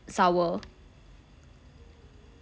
sour